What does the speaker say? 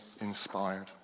inspired